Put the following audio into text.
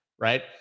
right